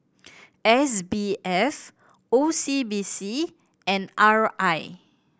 S B F O C B C and R I